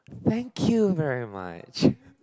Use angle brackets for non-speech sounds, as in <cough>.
thank you very much <breath>